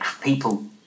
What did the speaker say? People